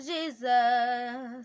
Jesus